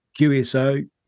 QSO